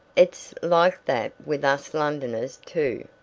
it's like that with us londoners, too,